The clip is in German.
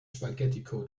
spaghetticode